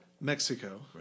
Mexico